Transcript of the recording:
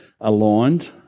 aligned